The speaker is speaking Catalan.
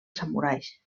samurais